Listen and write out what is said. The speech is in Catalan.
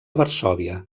varsòvia